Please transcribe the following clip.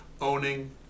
owning